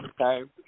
okay